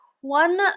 one